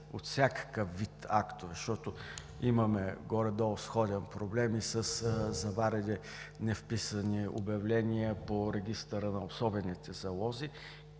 от всякакъв вид актове, защото имаме горе-долу сходен проблем и със заварени, невписани обявления по регистъра на особените залози,